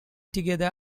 together